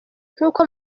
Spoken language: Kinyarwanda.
nk’uko